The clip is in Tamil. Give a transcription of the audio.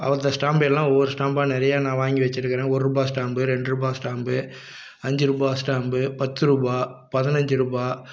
அந்த ஸ்டாம்பு எல்லாம் ஒவ்வொரு ஸ்டாம்பாக நிறையா நான் வாங்கி வச்சிருக்கிறேன் ஒருரூபா ஸ்டாம்பு ரெண்டு ருபா ஸ்டாம்பு அஞ்சுருபா ஸ்டாம்பு பத்துருபா பதினஞ்சுருபா